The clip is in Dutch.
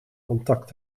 contact